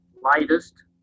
lightest